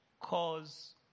cause